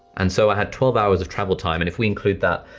and so i had twelve hours of travel time, and if we include that,